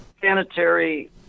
sanitary